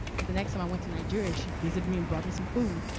and the next time i went to nigeria, she visited me and brought me some food,